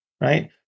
right